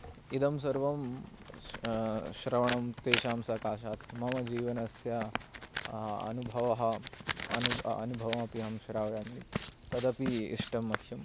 इदं सर्वं श्रवणं तेषां सकाशात् मम जीवनस्य अनुभवः अनुभवमपि अहं श्रावयामि तदपि इष्टं मह्यं